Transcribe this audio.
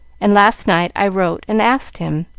and last night i wrote and asked him,